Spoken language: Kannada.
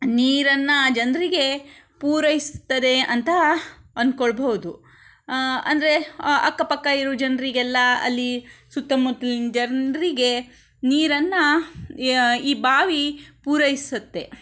ನೀರನ್ನು ಜನರಿಗೆ ಪೂರೈಸ್ತದೆ ಅಂತ ಅಂದ್ಕೊಳ್ಬೋದು ಅಂದರೆ ಅಕ್ಕ ಪಕ್ಕ ಇರೋ ಜನರಿಗೆಲ್ಲ ಅಲ್ಲಿ ಸುತ್ತ ಮುತ್ತಲಿನ ಜನರಿಗೆ ನೀರನ್ನು ಈ ಬಾವಿ ಪೂರೈಸುತ್ತೆ